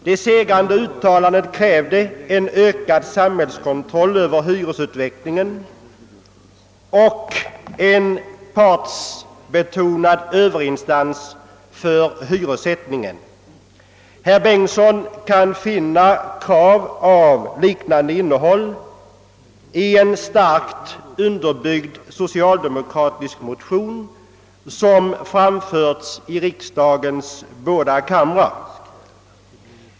Det segrande uttalandet krävde en ökad samhällskontroll över hyresutvecklingen och en partsbetonad överinstans för hyressättningen. Herr Bengtson kan finna krav av liknande innehåll i en starkt underbyggd socialdemokratisk motion som framförts i riksdagens båda kamrar.